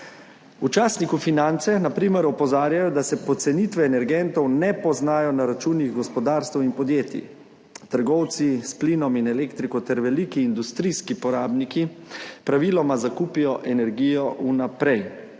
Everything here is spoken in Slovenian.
časniku Finance na primer opozarjajo, da se pocenitve energentov ne poznajo na računih gospodarstev in podjetij. trgovci s plinom in elektriko ter veliki industrijski porabniki praviloma zakupijo energijo vnaprej,